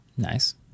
Nice